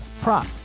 prop